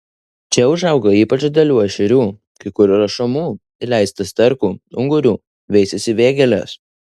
čia užauga ypač didelių ešerių kai kur yra šamų įleista sterkų ungurių veisiasi vėgėlės